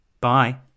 Bye